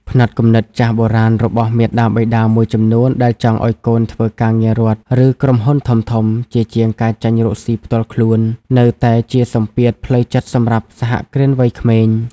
ផ្នត់គំនិតចាស់បុរាណរបស់មាតាបិតាមួយចំនួនដែលចង់ឱ្យកូនធ្វើការងាររដ្ឋ ឬក្រុមហ៊ុនធំៗ ជាជាងការចេញរកស៊ីផ្ទាល់ខ្លួន នៅតែជាសម្ពាធផ្លូវចិត្តសម្រាប់សហគ្រិនវ័យក្មេង។